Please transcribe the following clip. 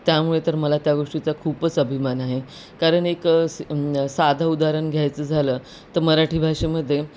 त्यामुळे तर मला त्या गोष्टीचा खूपच अभिमान आहे कारण एक स साधं उदाहरण घ्यायचं झालं तर मराठी भाषेमध्ये